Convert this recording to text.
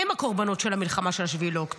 הם הקורבנות של המלחמה של 7 באוקטובר,